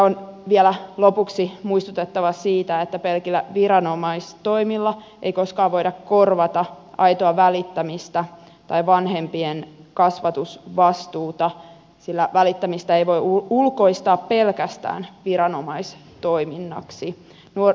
on vielä lopuksi muistutettava siitä että pelkillä viranomaistoimilla ei koskaan voida korvata aitoa välittämistä tai vanhempien kasvatusvastuuta sillä välittämistä ei voi ulkoistaa pelkästään viranomaistoiminnaksi